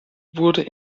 wurde